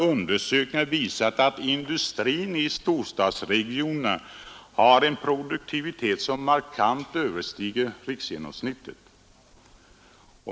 Undersökningar har visat att industrin i storstadsregionerna har en produktivitet som markant överstiger riksgenomsnittet.